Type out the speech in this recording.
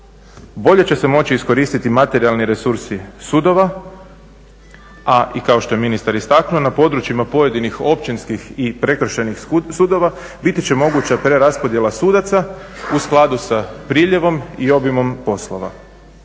Bolje će se moći iskoristiti materijalni resursi sudova i kao što je ministar istaknuo na područjima pojedinih općinskih i prekršajnih sudova biti će moguća preraspodjela sudaca u skladu sa priljevom i obimom poslova.